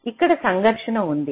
ఇక్కడ సంఘర్షణ ఉంది